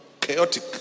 chaotic